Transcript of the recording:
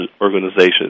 organizations